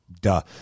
Duh